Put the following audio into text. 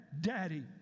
Daddy